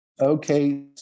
okay